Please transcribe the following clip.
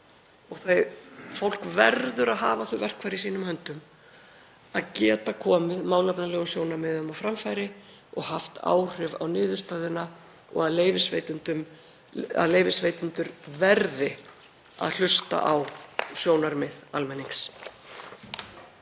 þá? Fólk verður að hafa þau verkfæri í sínum höndum að geta komið málefnalegum sjónarmiðum á framfæri og haft áhrif á niðurstöðuna og að leyfisveitendur verði að hlusta á sjónarmið almennings.